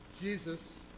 Jesus